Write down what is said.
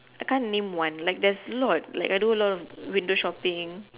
I can't name one like there's a lot like I do a of of window shopping